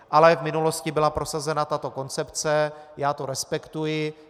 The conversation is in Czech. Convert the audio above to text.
Ale v minulosti byla prosazena tato koncepce, já to respektuji.